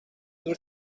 door